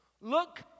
Look